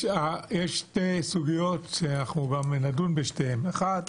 יש שתי סוגיות ונדון בשתיהן: הראשונה,